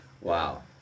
Wow